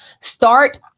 Start